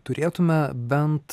turėtume bent